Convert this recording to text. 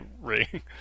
ring